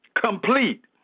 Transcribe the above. complete